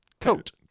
coat